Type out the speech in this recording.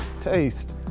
taste